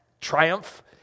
triumph